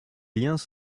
liens